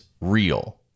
real